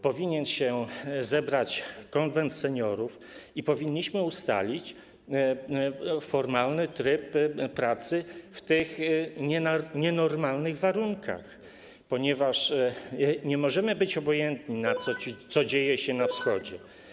Powinien się zebrać Konwent Seniorów i powinniśmy ustalić formalny tryb pracy w tych nienormalnych warunkach, ponieważ nie możemy być obojętni na to, co dzieje się na wschodzie.